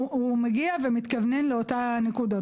הוא מגיע ומתכוונן לאותן נקודות.